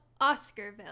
Oscarville